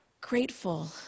grateful